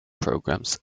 programs